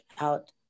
out